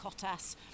Cottas